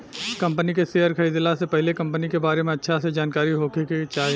company के share खरीदला से पहिले कंपनी के बारे में अच्छा से जानकारी होखे के चाही